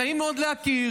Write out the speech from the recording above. נעים מאוד להכיר.